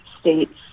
states